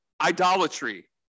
idolatry